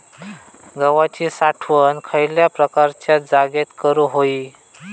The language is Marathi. गव्हाची साठवण खयल्या प्रकारच्या जागेत करू होई?